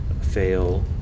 fail